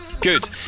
Good